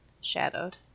shadowed